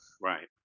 Right